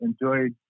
enjoyed